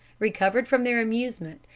recovered from their amusement,